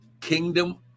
kingdom